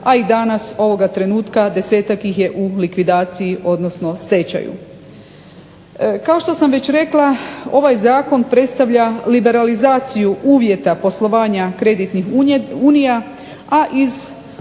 a i danas ovoga trenutka 10-ak ih je u likvidaciji, odnosno stečaju. Kao što sam već rekla ovaj zakon predstavlja liberalizaciju uvjeta poslovanja kreditnih unija, a iz